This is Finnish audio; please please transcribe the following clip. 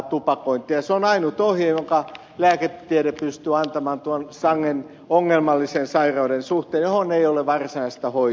se on ainut ohje jonka lääketiede pystyy antamaan tuon sangen ongelmallisen sairauden suhteen johon ei ole varsinaista hoitoa